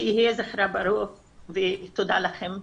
שיהיה זכרה ברוך ותודה לכם.